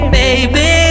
baby